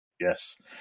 Yes